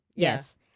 Yes